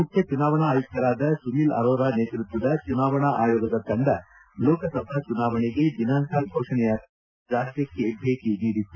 ಮುಖ್ಯ ಚುನಾವಣಾ ಆಯುಕ್ತರಾದ ಸುನಿಲ್ ಅರೋರಾ ನೇತೃತ್ವದ ಚುನಾವಣಾ ಆಯೋಗದ ತಂಡ ಲೋಕಸಭಾ ಚುನಾವಣೆಗೆ ದಿನಾಂಕ ಘೋಷಣೆಯಾಗುವ ಮುನ್ನವೇ ಈ ರಾಜ್ಯಕ್ಕೆ ಭೇಟಿ ನೀಡಿತ್ತು